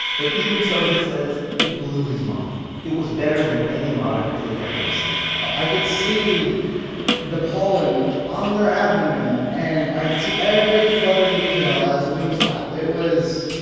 but even so, he says, it blew his mind. it was better than any monitor he had ever seen i could see the the pollen on their abdomen. and i could see every fluttering detail as the wings flapped. it was